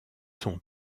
son